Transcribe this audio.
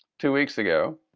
two weeks ago.